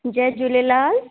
Jay Jhulelal